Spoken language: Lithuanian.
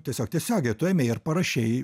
tiesiog tiesiogiai tu ėmei ir parašei